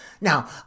Now